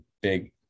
big –